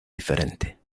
diferente